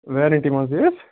warranty منٛزٕے حظ